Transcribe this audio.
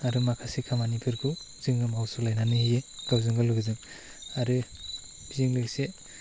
आरो माखासे खामानिफोरखौ जोङो मावस' लायनानै होयो गावजोंगाव लोगोजों आरो बेजों लोगोसे